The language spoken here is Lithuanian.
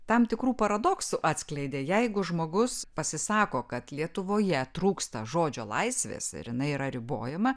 tam tikrų paradoksų atskleidė jeigu žmogus pasisako kad lietuvoje trūksta žodžio laisvės ir jinai yra ribojama